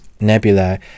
nebula